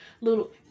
little